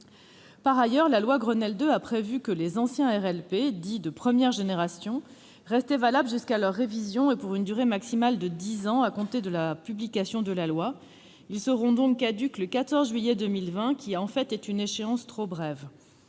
Deuxièmement, la loi Grenelle II a prévu que les anciens RLP, dits « de première génération », restaient valables jusqu'à leur révision, et pour une durée maximale de dix ans à compter de la publication de la loi. Ils seront donc caducs le 14 juillet 2020, ce qui constitue une échéance trop brève.